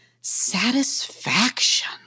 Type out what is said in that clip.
satisfaction